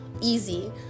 easy